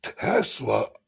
Tesla